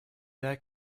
that